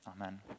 Amen